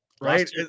Right